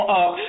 up